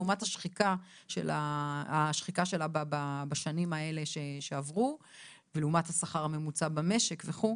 לעומת השחיקה שלה בשנים האלה שעברו ולעומת השכר הממוצע במשק וכו'.